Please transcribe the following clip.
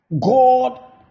God